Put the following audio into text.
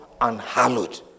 unhallowed